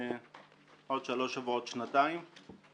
בעוד שלושה שבועות זה שנתיים.